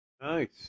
Nice